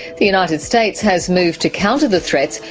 the united states has moved to counter the threats,